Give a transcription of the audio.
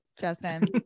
justin